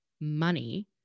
money